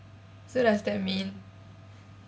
so does that mean